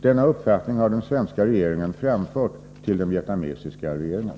Denna uppfattning har den svenska regeringen framfört till den vietnamesiska regeringen.